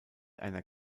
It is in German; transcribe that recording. einer